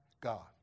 God